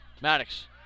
Maddox